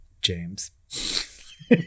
James